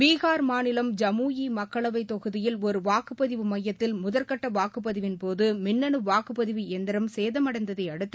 பீகார் மாநிலம் ஜமுயீ மக்களவைத் தொகுதியில் ஒரு வாக்குப்பதிவு மையத்தில் முதற்கட்ட வாக்குப்பதிவின் போது மின்னணு வாக்குப்பதிவு எந்திரம் சேதமடைந்ததை அடுத்து